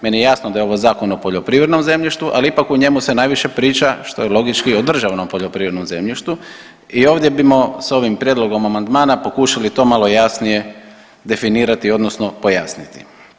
Meni je jasno da je ovo Zakon o poljoprivrednom zemljištu, ali ipak u njemu se najviše priča što je logički o državnom poljoprivrednom zemljištu i ovdje bismo sa ovim prijedlogom amandmana pokušali to malo jasnije definirati, odnosno pojasniti.